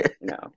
no